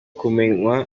kumenywa